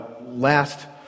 last